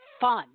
fun